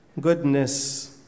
goodness